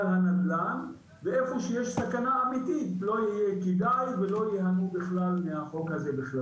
הנדל"ן ואיפה שיש סכנה אמיתית לא יהיה כדאי ולא ייהנו בכלל מהחוק הזה.